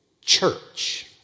church